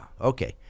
Okay